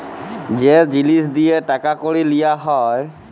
যে জিলিস দিঁয়ে টাকা কড়ি লিয়া হ্যয়